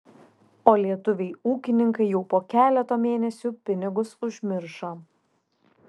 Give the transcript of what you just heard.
o lietuviai ūkininkai jau po keleto mėnesių pinigus užmiršo